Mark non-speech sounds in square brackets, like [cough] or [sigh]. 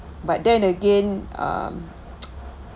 but then again um [noise]